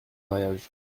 mariage